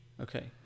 okay